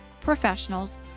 professionals